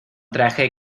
traje